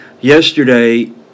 Yesterday